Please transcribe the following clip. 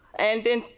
and then,